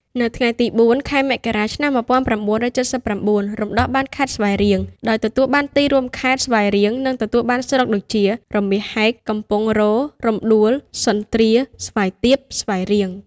នៅថ្ងៃទី ០៤ ខែមករា ឆ្នាំ ១៩៧៩ រំដោះបានខេត្តស្វាយរៀង ដោយទទួលបានទីរួមខេត្ត ស្វាយរៀង និងទទួលបានស្រុកដូចជា រមាសហែក កំពង់រោទិ៍ រំដួល សន្ទ្រា ស្វាយទាប ស្វាយរៀង។